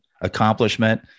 accomplishment